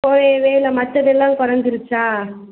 குறையவே இல்லை மத்ததெல்லாம் குறஞ்சிருச்சா